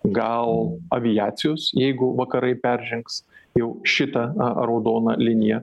gal aviacijos jeigu vakarai peržengs jau šitą raudoną liniją